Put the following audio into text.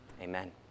amen